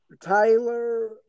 Tyler